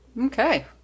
Okay